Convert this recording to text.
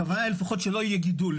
הכוונה היא שלפחות לא יהיה גידול,